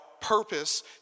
purpose